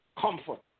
comfort